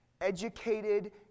educated